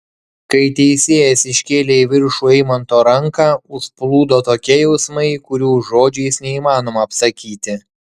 kai teisėjas iškėlė į viršų eimanto ranką užplūdo tokie jausmai kurių žodžiais neįmanoma apsakyti